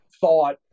thought